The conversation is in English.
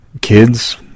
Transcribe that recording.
kids